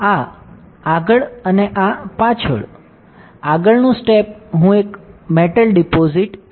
આ આગળ અને આ પાછળ આગળનું સ્ટેપ હું એક મેટલ ડિપોજિટ કરીશ